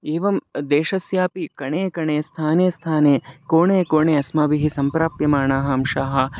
एवं देशस्यापि कणे कणे स्थाने स्थाने कोणे कोणे अस्माभिः सम्प्राप्यमाणाः अंशाः